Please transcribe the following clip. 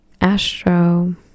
astro